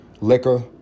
liquor